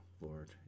lord